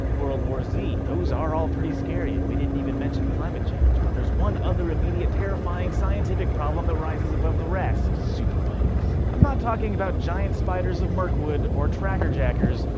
world war z? those are all pretty scary and we didn't even mention climate change but there's one other immediate terrifying, scientific problem that rises above the rest. superbugs i'm not talking about giant spiders of mirkwood or tracker jackers.